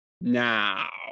now